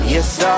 Yes